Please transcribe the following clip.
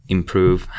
improve